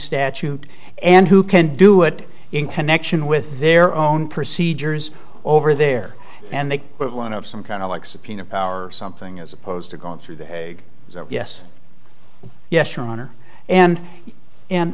statute and who can do it in connection with their own procedures or over there and they would line up some kind of like subpoena power or something as opposed to going through that yes yes your honor and and